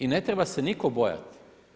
I ne treba se nitko bojati.